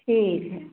ठीक है